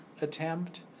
attempt